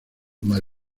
mal